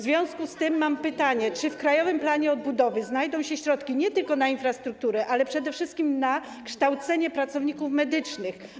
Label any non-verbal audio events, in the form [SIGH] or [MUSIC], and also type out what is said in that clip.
W związku z tym mam pytanie: Czy w krajowym planie odbudowy znajdą się środki nie tylko na infrastrukturę, [NOISE] ale przede wszystkim na kształcenie pracowników medycznych?